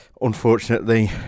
unfortunately